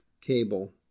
cable